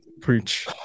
preach